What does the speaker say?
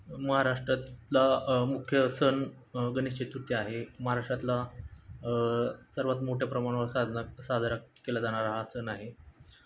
महाराष्ट्रातला मुख्य सण गणेश चतुर्थी आहे महाराष्ट्रातला सर्वात मोठ्या प्रमाणावर साधन साजरा केला जाणारा हा सण आहे